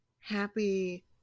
happy